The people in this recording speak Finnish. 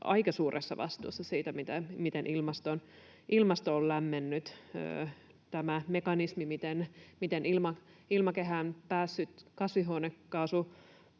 aika suuressa vastuussa siitä, miten ilmasto on lämmennyt. Tämä mekanismi, miten ilmakehään päässeet kasvihuonekaasupäästöt